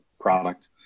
product